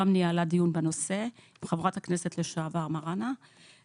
ניהלה דיון בנושא עם חברת הכנסת לשעבר מראענה,